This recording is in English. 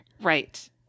right